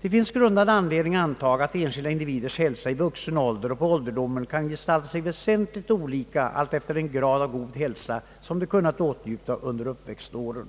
Det finns grundad anledning antaga att enskilda individers hälsa i vuxen ålder och på ålderdomen kan gestalta sig väsentligt olika alltefter den grad av god hälsa de kunnat åtnjuta under uppväxtåren.